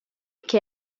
che